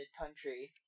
country